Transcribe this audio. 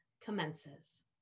commences